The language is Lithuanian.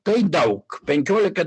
tai daug penkiolika